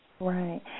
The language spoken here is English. Right